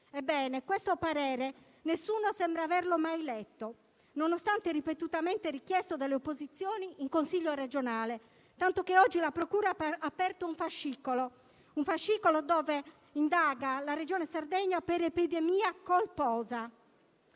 Ebbene, questo parere nessuno sembra averlo mai letto, nonostante ripetutamente richiesto dalle opposizioni in Consiglio regionale, tanto che oggi la procura ha aperto un fascicolo per indagare la Regione Sardegna per epidemia colposa.